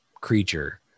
creature